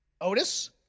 Otis